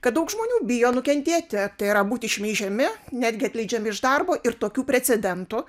kad daug žmonių bijo nukentėti tai yra būti šmeižiami netgi atleidžiami iš darbo ir tokių precedentų